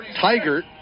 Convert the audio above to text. Tiger